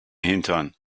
hintern